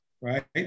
Right